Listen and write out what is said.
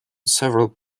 several